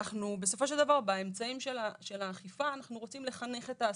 בסופו של דבר באמצעים של האכיפה אנחנו רוצים לחנך את העסקים,